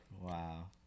Wow